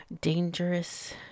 dangerous